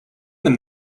them